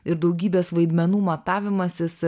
ir daugybės vaidmenų matavimasis